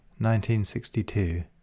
1962